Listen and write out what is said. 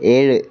ഏഴ്